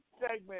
segment